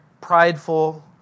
prideful